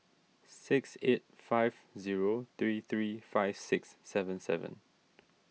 six eight five zero three three five six seven seven